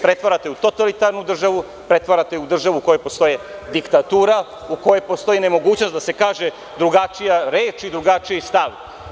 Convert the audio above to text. Pretvarate je u totalitarnu državu, pretvarate je u državu u kojoj postoji diktatura, u kojoj postoji nemogućnost da se kaže drugačija reč i drugačiji stav.